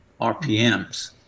RPMs